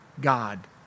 God